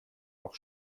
auch